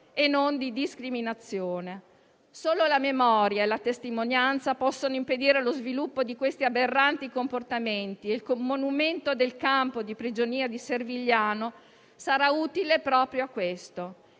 e non di discriminazione. Solo la memoria e la testimonianza possono impedire lo sviluppo di questi aberranti comportamenti e il monumento nazionale dell'ex campo di prigionia di Servigliano sarà utile proprio a questo.